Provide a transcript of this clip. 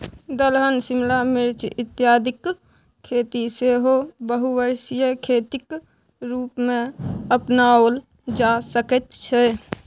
दलहन शिमला मिर्च इत्यादिक खेती सेहो बहुवर्षीय खेतीक रूपमे अपनाओल जा सकैत छै